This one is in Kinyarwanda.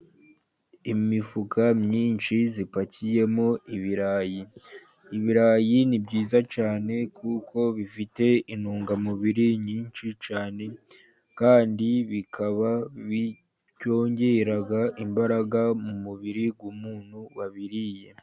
Imifuka myinshi ipakiyemo ibirayi ibirayi ni byiza cyane kuko bifite intungamubiri nyinshi cyane kandi bikaba byongeraga imbaraga mu mubiri w'umuntu wabiririye.